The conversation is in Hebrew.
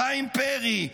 חיים פרי,